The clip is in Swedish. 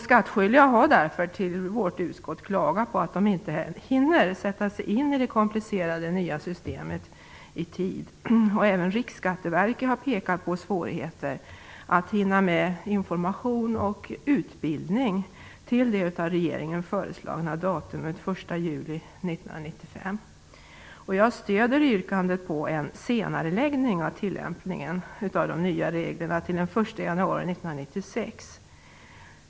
Skattskyldiga har därför till vårt utskott klagat på att de inte hinner sätta sig in i det komplicerade nya systemet i tid. Även Riksskatteverket har pekat på svårigheter att hinna med information och utbildning till det av regeringen förslagna datumet den 1 juli 1995. Jag stöder yrkandet på senareläggning av tillämpningen av de nya reglerna till den 1 januari 1996.